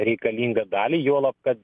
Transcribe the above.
reikalingą dalį juolab kad